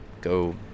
go